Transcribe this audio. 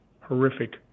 horrific